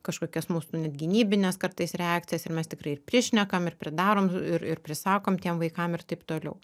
kažkokias mūsų net gynybines kartais reakcijas ir mes tikrai prišnekam ir pridarom ir ir prisakom tiem vaikam ir taip toliau